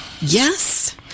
Yes